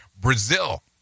Brazil